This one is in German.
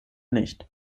nicht